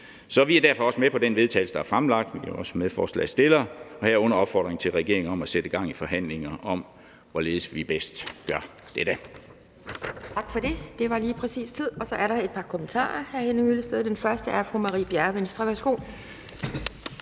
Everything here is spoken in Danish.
Så vi er derfor også med på det forslag til vedtagelse, der er fremsat – men vi er også medforslagsstillere – herunder opfordringen til regeringen om at sætte gang i forhandlinger om, hvorledes vi bedst gør dette.